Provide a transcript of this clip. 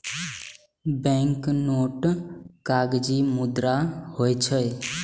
banknote कागजी मुद्रा होइ छै